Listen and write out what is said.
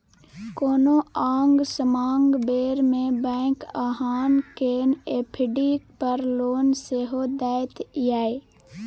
कोनो आंग समांग बेर मे बैंक अहाँ केँ एफ.डी पर लोन सेहो दैत यै